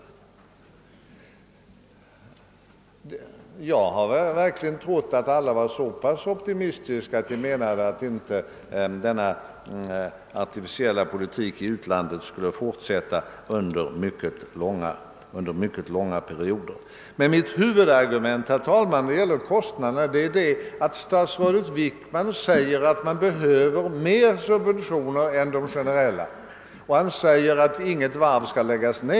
Jag har verkligen trott att alla var så pass optimistiska att de menade att denna artificiella politik i utlandet inte skulle fortsätta under mycket långa perioder. Men mitt huvudargument, herr talman, gäller kostnaderna. Statsrådet Wickman framhåller att man behöver mer subventioner än de generella och att inget varv skall läggas ner.